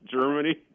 Germany